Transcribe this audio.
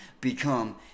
become